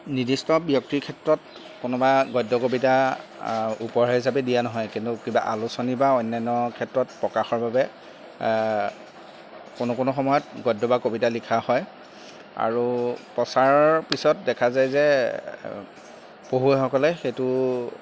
নিৰ্দিষ্ট ব্যক্তিৰ ক্ষেত্ৰত কোনোবা গদ্য কবিতা উপহাৰ হিচাপে দিয়া নহয় কিন্তু কিবা আলোচনী বা অন্যান্য ক্ষেত্ৰত প্ৰকাশৰ বাবে কোনো কোনো সময়ত গদ্য বা কবিতা লিখা হয় আৰু প্ৰচাৰৰ পিছত দেখা যায় যে পঢ়ুৱৈসকলে সেইটো